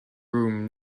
room